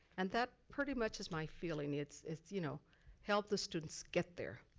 and that pretty much is my feeling. it's it's you know help the students get there.